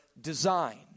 design